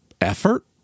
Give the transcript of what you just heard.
effort